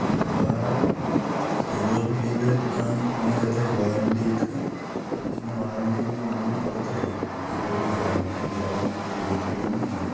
تہٕ بہرحال گوٚوُس بہٕ بیٚیہِ دۄہہِ دُکانَس پٮ۪ٹھ دوٚپمَس یَتھ حظ چھِ وارَنٹی یِتھ کٔنۍ تہٕ یہِ چھِ مےٚ وارَنٹی منٛزٕے یہِ نیوٗ مےٚ اوترَے یہِ گوٚو خراب یہِ چھُنہٕ چَلَن ٹھیٖک پٲٹھۍ مےٚ کیٚنٛہہ